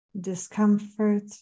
discomfort